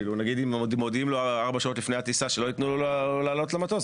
אם מודיעים לו ארבע שעות לפני הטיסה שלא ייתנו לו לעלות לו למטוס,